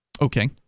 Okay